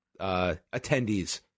attendees